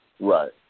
Right